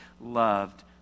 loved